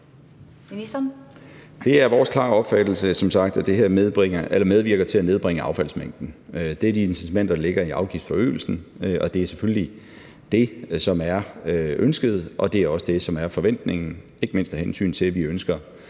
sagt vores klare opfattelse, at det her medvirker til at nedbringe affaldsmængden. Det er de incitamenter, der ligger i afgiftsforøgelsen, og det er selvfølgelig det, som er ønsket, og det er også det, som er forventningen, ikke mindst af hensyn til at vi ønsker,